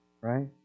Right